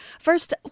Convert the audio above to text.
First